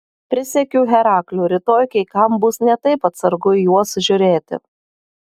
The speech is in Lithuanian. prisiekiu herakliu rytoj kai kam bus ne taip atsargu į juos žiūrėti